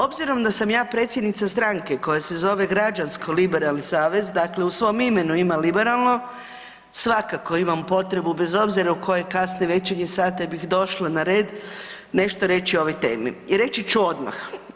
Obzirom da sam ja predsjednica stranke koja se zove Građansko-liberalni savez, dakle u svom imenu ima liberalno, svakako imamo potrebu, bez obzira u koje kasne večernje sate bih došla na red, nešto reći o ovoj temi i reći ću odmah.